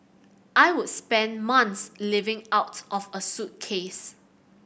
I would spend months living out of a suitcase